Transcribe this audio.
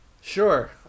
Sure